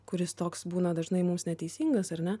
kuris toks būna dažnai mums neteisingas ar ne